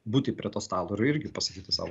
būti prie to stalo ir irgi pasakyti savo